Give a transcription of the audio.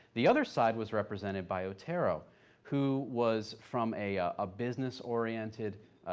the other side was represented by otero who was from a ah business oriented,